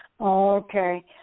Okay